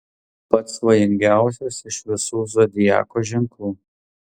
pats svajingiausias iš visų zodiako ženklų